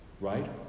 right